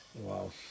wow